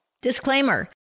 Disclaimer